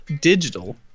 digital